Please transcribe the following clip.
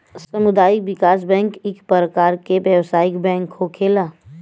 सामुदायिक विकास बैंक इक परकार के व्यवसायिक बैंक होखेला